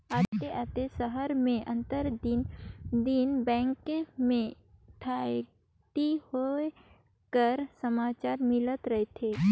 अन्ते अन्ते सहर में आंतर दिन बेंक में ठकइती होए कर समाचार मिलत रहथे